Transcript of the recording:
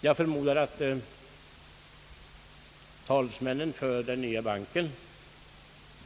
Jag förmodar att talesmännen för den nya banken, d.v.s.